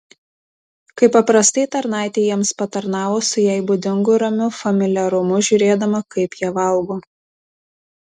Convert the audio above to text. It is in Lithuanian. kaip paprastai tarnaitė jiems patarnavo su jai būdingu ramiu familiarumu žiūrėdama kaip jie valgo